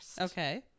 Okay